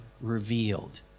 revealed